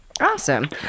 Awesome